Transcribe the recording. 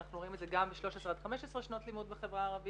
אנחנו רואים את זה גם ב-15-13 שנות לימוד בחברה הערבית